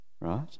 right